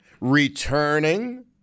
returning